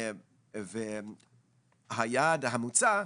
והיעד המוצע,